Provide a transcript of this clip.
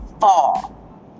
fall